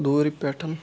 دوٗرِ پٮ۪ٹھ